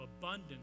abundance